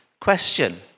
question